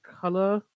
color